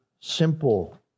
simple